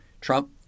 Trump